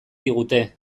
digute